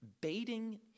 baiting